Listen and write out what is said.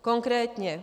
Konkrétně.